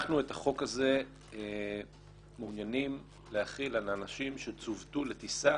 אנחנו את החוק הזה מעוניינים להחיל על אנשים שצוותו לטיסה